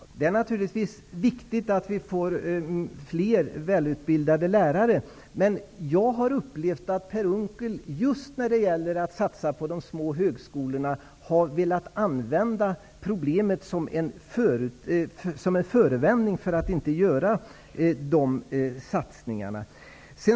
Herr talman! Det är naturligtvis viktigt att det blir fler välutbildade lärare. Men som jag har uppfattat det har Per Unckel just när det gäller att satsa på de små högskolorna använt problemet som en förevändning för att inte göra några satsningar.